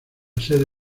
sede